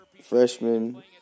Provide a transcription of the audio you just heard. freshman